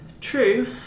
True